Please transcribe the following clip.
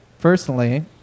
personally